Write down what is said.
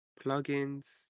plugins